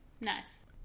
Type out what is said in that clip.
Nice